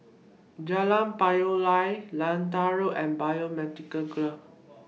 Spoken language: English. Jalan Payoh Lai Lentor Road and Biomedical Grove